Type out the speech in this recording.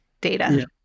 data